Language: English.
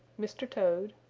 mr. toad,